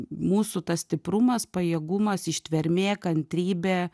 mūsų tas stiprumas pajėgumas ištvermė kantrybė